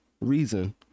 reason